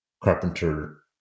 carpenter